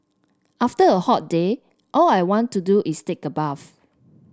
after a hot day all I want to do is take a bath